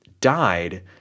died